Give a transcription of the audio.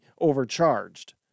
overcharged